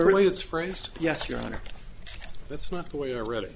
really it's phrased yes your honor that's not the way i read it